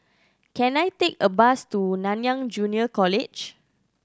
can I take a bus to Nanyang Junior College